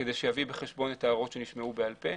כדי שיביא בחשבון את ההערות שנשמעו בעל-פה.